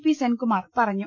P Senkumar പറഞ്ഞു